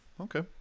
Okay